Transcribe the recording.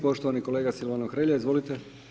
Poštovani kolega Silvano Hrelja, izvolite.